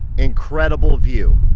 incredible view.